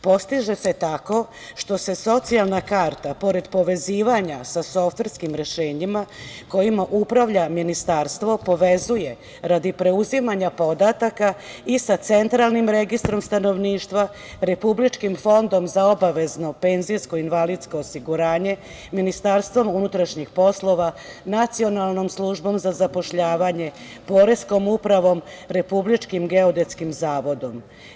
Postiže se tako što se socijalna karta pored povezivanja sa softverskim rešenjima kojima upravlja ministarstvo povezuje radi preuzimanja podatak i sa Centralnim registrom stanovništva, Republičkim fondom za obavezno penzijsko i invalidsko osiguranje, MUP, Nacionalnom službom za zapošljavanje, poreskom upravom, RGZO.